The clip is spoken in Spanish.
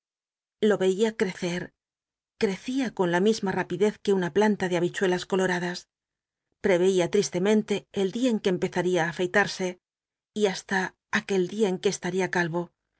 lo veia c i'ccel ci'ccia con la misma rapidez que una plan ta de habichuelas coloradas preveía tristemente el dia en que empezaría j afei t arse y hast a aquel dia en que estal'ia calvo